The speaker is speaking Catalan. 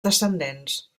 descendents